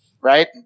Right